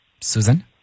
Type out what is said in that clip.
Susan